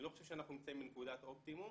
אני לא חושב שאנחנו נמצאים בנקודת אופטימום